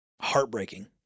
heartbreaking